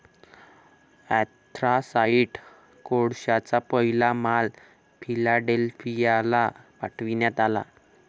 anthracite कोळशाचा पहिला माल फिलाडेल्फियाला पाठविण्यात आला